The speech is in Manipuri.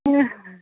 ꯎꯝ